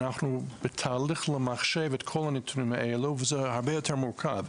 אנחנו בתהליך למחשב את כל הנתונים האלו וזה הרבה יותר מורכב.